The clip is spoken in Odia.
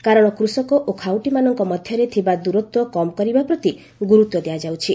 କାରଣ କୃଷକ ଓ ଖାଉଟିମାନଙ୍କ ମଧ୍ୟରେ ଥିବା ଦୂରତ୍ୱ କମ୍ କରିବା ପ୍ରତି ଗୁରୁତ୍ୱ ଦିଆଯାଉଛି